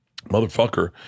motherfucker